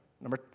Number